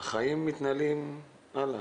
החיים מתנהלים הלאה.